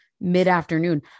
mid-afternoon